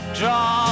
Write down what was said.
draw